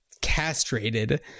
castrated